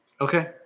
Okay